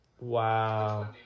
Wow